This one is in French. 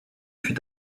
fut